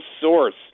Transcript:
source